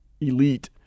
elite